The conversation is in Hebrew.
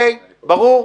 ברור?